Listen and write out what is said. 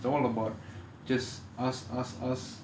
it's all about just us us us